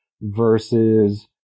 versus